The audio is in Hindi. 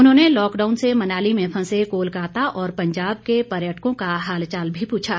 उन्होंने लॉकडाउन से मनाली में फंसे कोलकाता और पंजाब के पर्यटकों का हालचाल भी पूछा